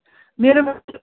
मेरोमा